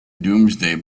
domesday